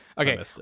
Okay